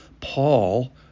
Paul